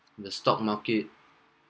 the stock market